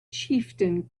chieftain